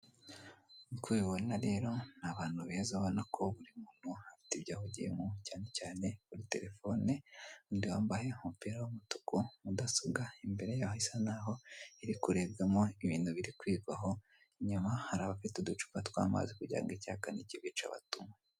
Nkuko ubibona rero ni abantu beza urabona ko buri muntu afite ibyo ahugiyemo cyane cyane kuri terefoni nundi wambaye umupira w'umutuku mudasobwa imbere ye isa naho iri kurebwamo ibintu biri kwigwaho. Inyuma hari abafite uducupa tw'amazi kugira ngo icyaka nikibica batunywe.